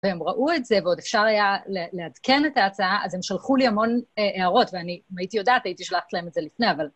והם ראו את זה, ועוד אפשר היה לעדכן את ההצעה, אז הם שלחו לי המון הערות, ואני, אם הייתי יודעת, הייתי שלחת להם את זה לפני, אבל...